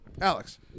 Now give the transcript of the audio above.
Alex